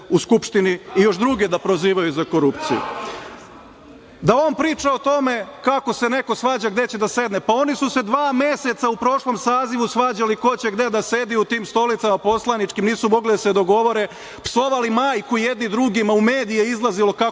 u Skupštini i još druge da prozivaju za korupciju. Da on priča o tome kako se neko svađa, gde će da sedne, pa oni su se dva meseca u prošlom sazivu svađali ko će gde da sedi u tim stolicama poslaničkim, nisu mogli da se dogovore, psovali majku jedni drugima, u medije izlazilo kako